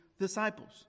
disciples